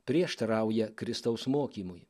prieštarauja kristaus mokymui